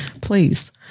please